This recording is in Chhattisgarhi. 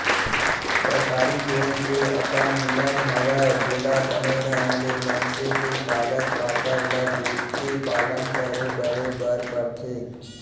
सरकारी बेंक के अपन नियम हवय जेला बने ढंग ले मनसे के कागज पातर ल देखके पालन करे बरे बर परथे